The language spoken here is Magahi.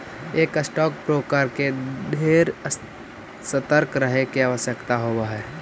एक स्टॉक ब्रोकर के ढेर सतर्क रहे के आवश्यकता होब हई